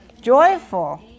Joyful